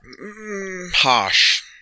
Harsh